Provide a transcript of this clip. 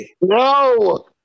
No